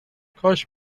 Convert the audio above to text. کاش